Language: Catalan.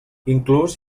inclús